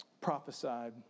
prophesied